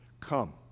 Come